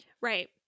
Right